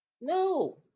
No